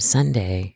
Sunday